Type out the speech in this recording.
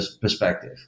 perspective